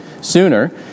sooner